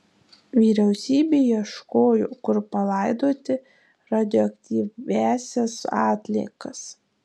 vyriausybė ieškojo kur palaidoti radioaktyviąsias atliekas